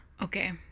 Okay